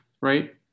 right